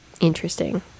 interesting